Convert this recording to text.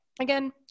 again